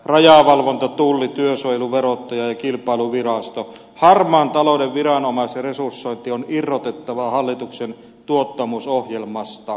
rajavalvonta tuli työsuojelu verottaja ei kilpailuviraston harmaan talouden viranomaisresursointi on irrotettava hallituksen tuottavuusohjelmasta